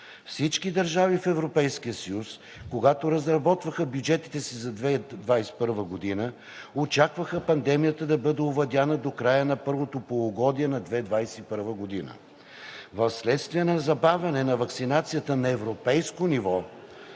Всички държави в Европейския съюз, когато разработваха бюджетите си за 2021 г., очакваха пандемията да бъде овладяна до края на първото полугодие на 2021 г. Вследствие на забавяне на ваксинацията на европейско ниво,